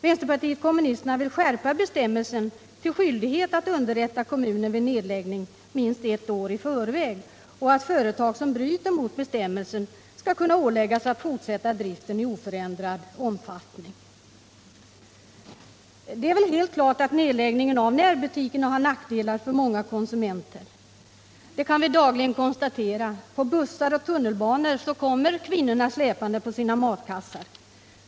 Vänsterpartiet kommunisterna vill skärpa bestämmelserna så att det blir en skyldighet att minst ett år i förväg underrätta kommunen om en nedläggning och så att företag som bryter mot den bestämmelsen skall kunna åläggas att fortsätta driften i oförändrad omfattning. Det är väl helt klart att nedläggning av närbutiker är till nackdel för många konsumenter. Det kan vi dagligen konstatera. På bussar och tunnelbanor kommer kvinnorna släpande på sina matkassar.